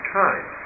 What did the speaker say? time